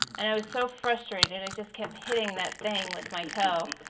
and i was so frustrated i just kept hitting that thing with my toe,